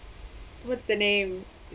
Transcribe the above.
what's the name